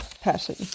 pattern